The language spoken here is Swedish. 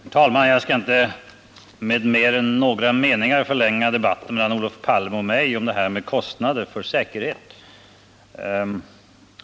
Herr talman! Jag skall inte med mer än några meningar förlänga debatten mellan Olof Palme och mig genom att tala om kostnader för säkerhet.